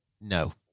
No